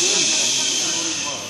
כן,